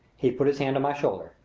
he put his hand on my shoulder.